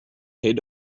head